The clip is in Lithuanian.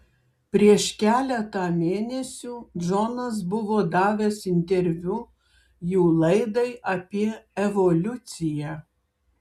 prieš keletą mėnesių džonas buvo davęs interviu jų laidai apie evoliuciją